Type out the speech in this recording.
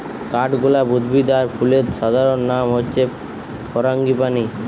কাঠগোলাপ উদ্ভিদ আর ফুলের সাধারণ নাম হচ্ছে ফারাঙ্গিপানি